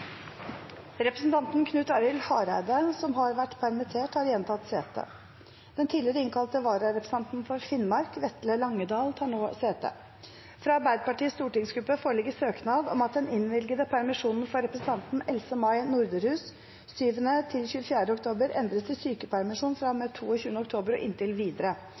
Representanten Knut Arild Hareide , som har vært permittert, har igjen tatt sete. Den tidligere innkalte vararepresentanten for Finnmark, Vetle Langedahl , tar nå sete. Fra Arbeiderpartiets stortingsgruppe foreligger søknad om at den innvilgede permisjonen for representanten Else-May Norderhus 7.–24. oktober endres til sykepermisjon fra og med 22. oktober og inntil videre.